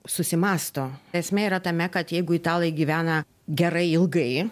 susimąsto esmė yra tame kad jeigu italai gyvena gerai ilgai